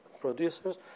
producers